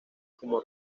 como